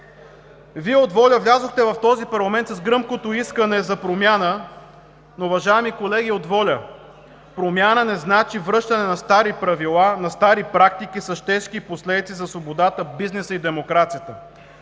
Вие от ВОЛЯ влязохте в този парламент с гръмкото искане за промяна, но уважаеми колеги от ВОЛЯ, промяна не значи връщане на стари правила, на стари практики с тежки последици за свободата, бизнеса и демокрацията.